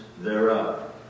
thereof